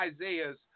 Isaiah's